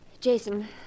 Jason